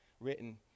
written